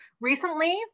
recently